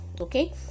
Okay